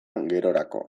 gerorako